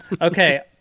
Okay